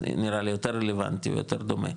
ניראה לי זה יותר רלוונטי ויותר דומה,